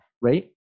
right